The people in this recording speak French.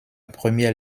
première